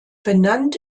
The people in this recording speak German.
benannt